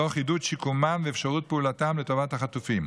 תוך עידוד שיקומן ואפשרות פעולתן לטובת החטופים,